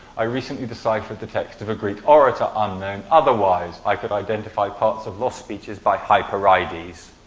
i recently deciphered the text of a greek orator, unknown otherwise. i could identify parts of lost speeches by hypereides.